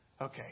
Okay